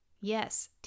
Yes